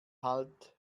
halt